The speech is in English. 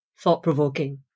thought-provoking